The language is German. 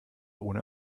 ohne